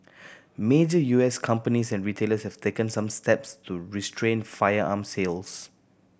major U S companies and retailers have taken some steps to restrict firearm sales